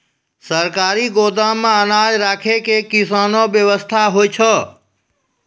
सरकारी गोदाम मे अनाज राखै के कैसनौ वयवस्था होय छै?